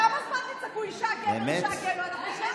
כמה זמן תצעקו: אישה, גבר, אישה, גבר.